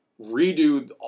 redo